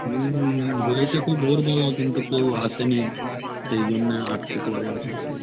হুম হুম হয়েছে তো ভোরবেলা কিন্তু কেউ আসে নি সেই জন্যে আটকে পড়ে আছে এখনো